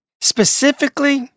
Specifically